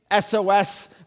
SOS